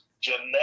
genetic